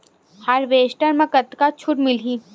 Harvester म कतका छूट मिलही?